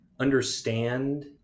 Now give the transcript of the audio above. understand